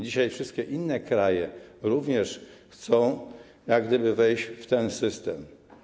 Dzisiaj wszystkie inne kraje również chcą jak gdyby wejść w ten system.